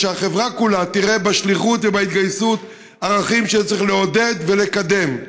ושהחברה כולה תראה בשליחות ובהתגייסות ערכים שצריך לעודד ולקדם.